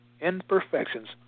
imperfections